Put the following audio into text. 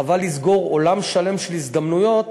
חבל לסגור עולם שלם של הזדמנויות.